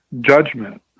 judgment